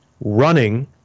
running